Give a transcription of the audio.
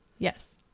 Yes